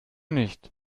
nicht